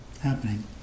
happening